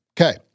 Okay